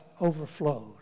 overflowed